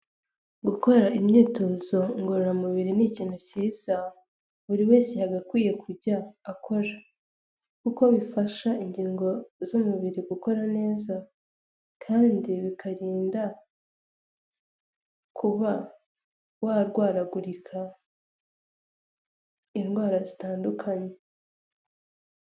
Gukora imyitozongorora mubiri ni ikintu cyiza buri wese yagakwiye kujya akora kuko bifasha ingingo z'umubiri gukora neza kandi bikarinda kuba warwaragurika indwara zitandukanye.